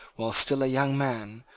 while still a young man,